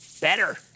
Better